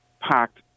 packed